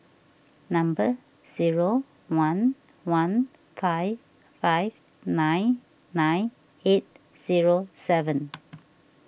number zero one one five five nine nine eight zero seven